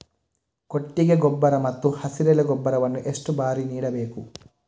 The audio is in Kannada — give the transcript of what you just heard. ಕೊಟ್ಟಿಗೆ ಗೊಬ್ಬರ ಮತ್ತು ಹಸಿರೆಲೆ ಗೊಬ್ಬರವನ್ನು ಎಷ್ಟು ಬಾರಿ ನೀಡಬೇಕು?